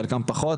חלקם פחות,